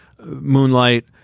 Moonlight